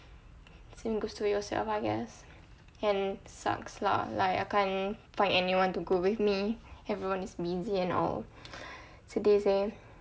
same goes to yourself I guess and sucks lah like I can't find anyone to go with me everyone is busy and all sedih seh